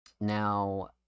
Now